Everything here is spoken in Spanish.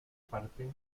parte